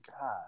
god